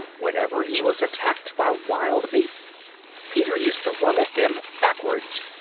whenever he was attacked by wild beasts peter used to run at them backwards,